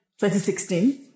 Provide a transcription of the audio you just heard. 2016